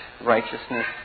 righteousness